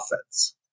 offense